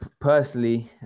personally